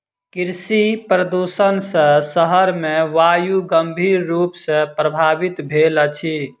कृषि प्रदुषण सॅ शहर के वायु गंभीर रूप सॅ प्रभवित भेल अछि